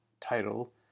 title